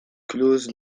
closes